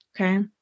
Okay